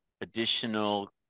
additional